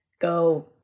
go